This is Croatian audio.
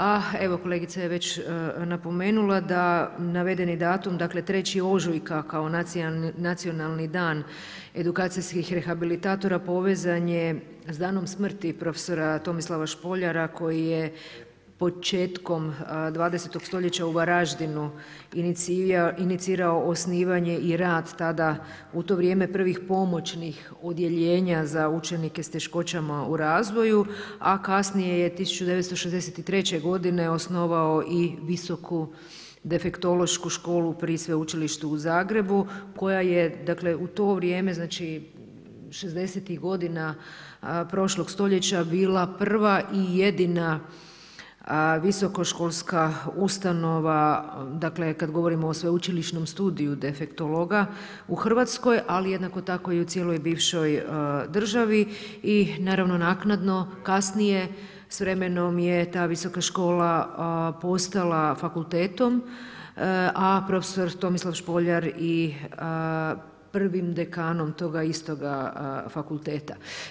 A evo kolegica je već napomenula da navedeni datum 3. ožujka kao Nacionalni dan edukacijskih rehabilitatora povezan je s danom smrti prof. Tomislava Špoljara koji je početkom 20. stoljeća u Varaždinu inicirao osnivanje i rad tada u to vrijeme prvih pomoćnih odjeljenja za učenike s teškoćama u razvoju, a kasnije je 1963. godine osnovao i Visoku defektološku školu pri Sveučilištu u Zagrebu koja je u to vrijeme šezdesetih godina prošlog stoljeća bila prva i jedina visokoškolska ustanova kada govorimo o sveučilišnom studiju defektologa u Hrvatskoj, ali jednako tako i u cijeloj bivšoj državi i naknadno kasnije s vremenom je ta visoka škola postala fakultetom, a prof. Tomislav Špoljar i prvim dekanom toga istoga fakulteta.